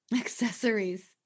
Accessories